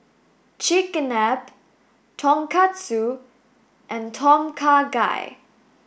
Chigenabe Tonkatsu and Tom Kha Gai